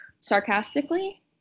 sarcastically